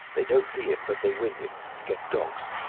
they don't see him, but they wind him. get dogs.